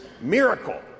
miracle